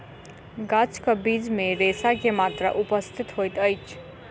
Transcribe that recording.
गाछक बीज मे रेशा के मात्रा उपस्थित होइत अछि